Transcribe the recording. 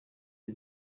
iri